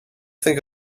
think